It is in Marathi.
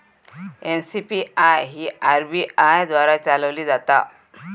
एन.सी.पी.आय ही आर.बी.आय द्वारा चालवली जाता